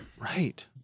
Right